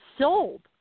sold